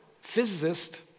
physicist